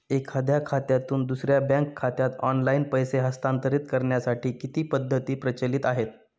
एका खात्यातून दुसऱ्या बँक खात्यात ऑनलाइन पैसे हस्तांतरित करण्यासाठी किती पद्धती प्रचलित आहेत?